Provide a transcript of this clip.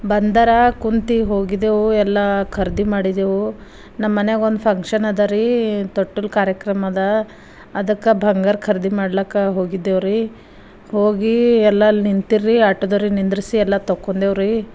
ಬಂದರ ಕುಂತೀವಿ ಹೋಗಿದ್ದೆವು ಎಲ್ಲ ಖರೀದಿ ಮಾಡಿದ್ದೆವು ನಮ್ಮ ಮನೆಯಾಗೊಂದು ಫಂಕ್ಷನ್ ಅದರಿ ತೊಟ್ಟಿಲ ಕಾರ್ಯಕ್ರಮ ಅದ ಅದಕ್ಕೆ ಬಂಗಾರ ಖರೀದಿ ಮಾಡ್ಲಿಕ್ಕ ಹೋಗಿದ್ದೇವ್ರಿ ಹೋಗಿ ಎಲ್ಲ ಅಲ್ಲಿ ನಿಂತಿರಿ ಆಟೋದವ್ರಿಗೆ ನಿಂದ್ರಿಸಿ ಎಲ್ಲ ತೊಕ್ಕೊಂಡೇವ್ರಿ